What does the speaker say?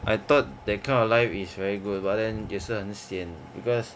I thought that kind of life is very good but then 也是很 sian because